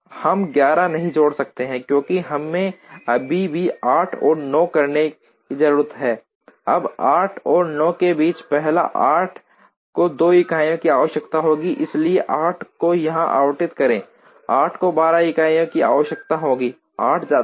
हम 11 नहीं जोड़ सकते हैं क्योंकि हमें अभी भी 8 और 9 करने की ज़रूरत है अब 8 और 9 के बीच पहले 8 को 2 इकाइयों की आवश्यकता होती है इसलिए 8 को यहां आवंटित करें 8 को 2 इकाइयों की आवश्यकता होती है 8 जाता है